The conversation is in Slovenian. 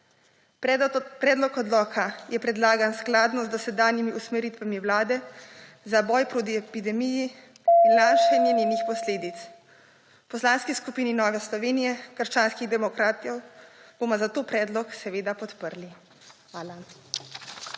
Predlog odloka je predlagan skladno z dosedanjimi usmeritvami Vlade za boj proti epidemije in lajšanje njenih posledic. V Poslanski skupini Nove Slovenije - krščanski demokrati bomo zato predlog seveda podprli. Hvala.